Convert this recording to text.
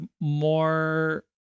more